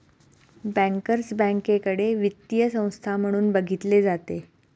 bankers बँकेकडे वित्तीय संस्था म्हणून बघितले जाते